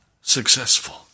successful